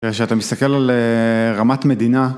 כשאתה מסתכל על רמת מדינה